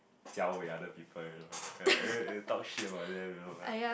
Jia Wei other people you know eh eh talk shit about them you know like